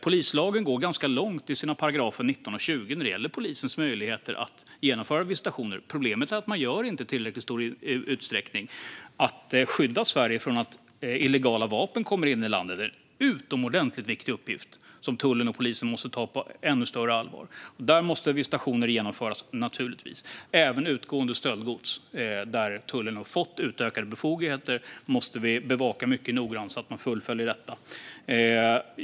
Polislagen går ganska långt i 19 § och 20 § när det gäller polisens möjligheter att genomföra visitationer. Problemet är att man inte gör det i tillräckligt stor utsträckning för att det ska kunna skydda Sverige från att det kommer in illegala vapen i landet. Det är en utomordentligt viktig uppgift som tullen och polisen måste ta på ännu större allvar. Där måste visitationer naturligtvis genomföras. Även när det gäller utgående stöldgods, där tullen har fått utökade befogenheter, måste vi bevaka detta mycket noggrant så att man fullföljer det.